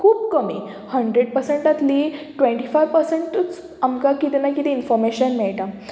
खूब कमी हंड्रेड पर्संटांतली ट्वेंटी फायव पर्संटूच आमकां किदें ना किदें इनफोर्मेशन मेळटा